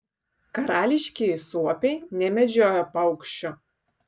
karališkieji suopiai nemedžioja paukščių